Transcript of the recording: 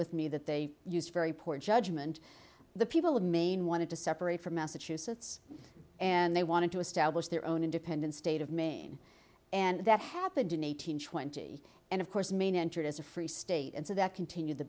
with me that they used very poor judgment the people of maine wanted to separate from massachusetts and they wanted to establish their own independent state of maine and that happened in nine hundred twenty and of course maine entered as a free state and so that continued the